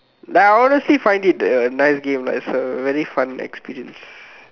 like I honestly find it a nice game like it's a very fun experience